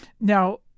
Now